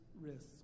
risks